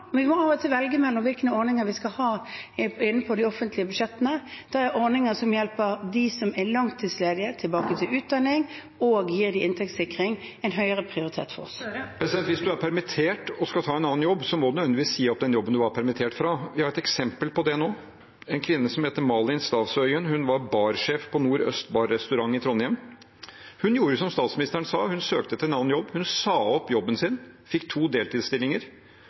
må av og til velge mellom hvilke ordninger vi skal ha innenfor de offentlige budsjettene. Da er ordninger som hjelper de langtidsledige tilbake til utdanning, og som gir inntektssikring, en høyere prioritet for oss. Jonas Gahr Støre – til oppfølgingsspørsmål. Hvis man er permittert og skal ta en annen jobb, må man nødvendigvis si opp den jobben man var permittert fra. Vi har et eksempel på det nå. En kvinne som heter Malin Stavsøien, var barsjef på restauranten Nordøst i Trondheim. Hun gjorde som statsministeren sa, hun søkte etter en annen jobb. Hun sa opp jobben sin, fikk to deltidsstillinger,